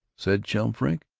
said chum frink.